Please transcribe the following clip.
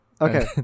Okay